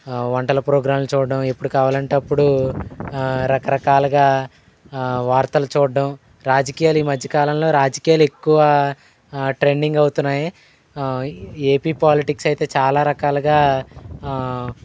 వంటల ప్రోగ్రాం చూడడం ఎప్పుడు కావాలంటే అప్పుడు రకరకాలుగా వార్తలు చూడడం రాజకీయాలు ఈ మధ్యకాలంలో రాజకీయాలు ఎక్కువ ట్రెండింగ్ అవుతున్నాయి ఏపీ పాలిటిక్స్ అయితే చాలా రకాలుగా